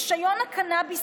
אופיר אקוניס,